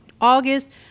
August